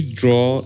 draw